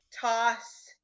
toss